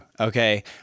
okay